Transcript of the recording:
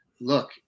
look